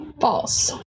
False